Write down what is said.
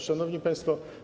Szanowni Państwo!